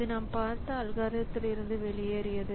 இது நாம் பார்த்த அல்காரிதம்லிருந்து வெளியேறியது